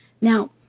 Now